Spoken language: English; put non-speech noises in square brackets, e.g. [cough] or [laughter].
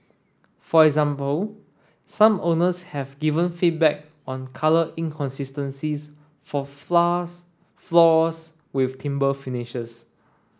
for example some owners have given feedback on colour inconsistencies for [unintelligible] floors with timber finishes